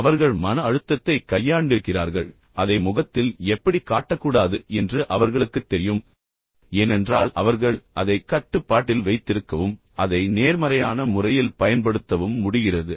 அவர்கள் மன அழுத்தத்தைக் கையாண்டிருக்கிறார்கள் பின்னர் அதை முகத்தில் எப்படிக் காட்டக்கூடாது என்று அவர்களுக்குத் தெரியும் ஏனென்றால் அவர்கள் அதை கட்டுப்பாட்டில் வைத்திருக்கவும் அதை நேர்மறையான முறையில் பயன்படுத்தவும் முடிகிறது